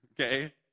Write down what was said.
okay